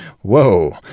Whoa